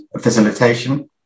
facilitation